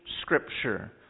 Scripture